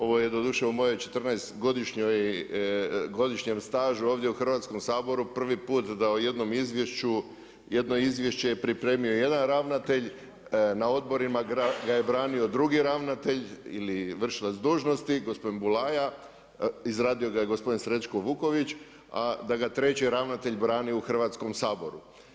Ovo je doduše u mojem četrnaestom godišnjem stažu ovdje u Hrvatskom saboru prvi puta da u jednom izvješću, jedno izvješće je pripremio jedan ravnatelj, na odborima ga je branio drugi ravnatelj ili vršilac dužnosti, gospodin Bulaja, izradio ga je gospodin Srećko Vuković, a da ga treći ravnatelj brani u Hrvatskom saboru.